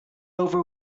over